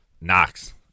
knox